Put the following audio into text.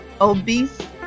obese